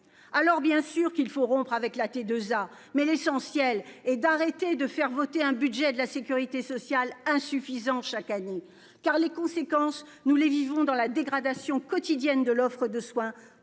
Alors bien sûr qu'il faut rompre avec la T2A. Mais l'essentiel est d'arrêter de faire voter un budget de la Sécurité sociale insuffisant chaque année car les conséquences nous les vivons dans la dégradation quotidienne de l'offre de soins